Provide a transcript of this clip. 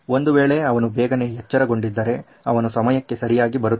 ಒಂದು ವೇಳೆ ಅವನು ಬೇಗನೆ ಎಚ್ಚರಗೊಂಡಿದ್ದರೆ ಅವನು ಸಮಯಕ್ಕೆ ಸರಿಯಾಗಿ ಬರುತ್ತಿದ